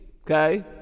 Okay